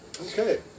Okay